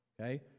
Okay